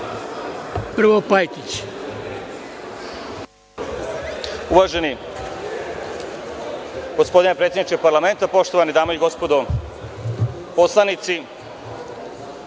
Pajtić** Uvaženi gospodine predsedniče parlamenta, poštovane dame i gospodo poslanici,